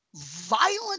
violent